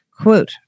Quote